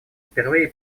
впервые